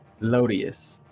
Lodius